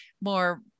more